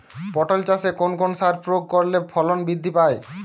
পটল চাষে কোন কোন সার প্রয়োগ করলে ফলন বৃদ্ধি পায়?